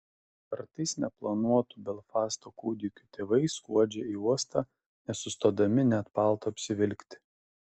kartais neplanuotų belfasto kūdikių tėvai skuodžia į uostą nesustodami net palto apsivilkti